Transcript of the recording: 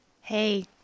Hey